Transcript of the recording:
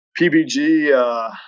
PBG –